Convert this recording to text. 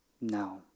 no